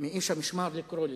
מאיש המשמר לקרוא לי.